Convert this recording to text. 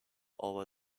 over